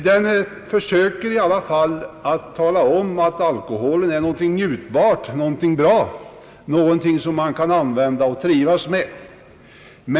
Den försöker tala om att alkohol är någonting njutbart och bra, någonting som man kan trivas med.